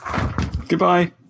Goodbye